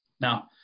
Now